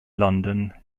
london